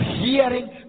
hearing